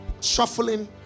shuffling